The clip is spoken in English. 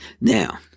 Now